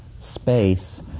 space